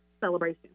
celebration